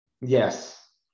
Yes